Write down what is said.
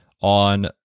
on